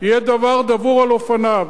יהיה דבר דבור על אופניו.